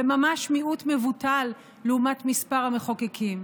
וממש מיעוט מבוטל לעומת מספר המחוקקים.